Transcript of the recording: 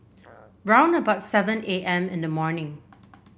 round about seven A M in the morning